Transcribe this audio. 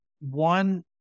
one